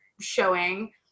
showing